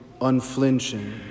unflinching